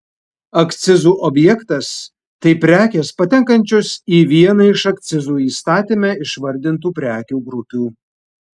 akcizų objektas tai prekės patenkančios į vieną iš akcizų įstatyme išvardintų prekių grupių